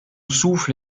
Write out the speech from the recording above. souffle